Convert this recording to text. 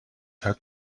had